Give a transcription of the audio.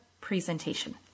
presentation